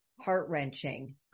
heart-wrenching